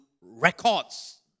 records